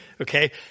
Okay